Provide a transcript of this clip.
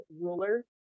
ruler